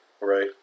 right